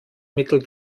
mittel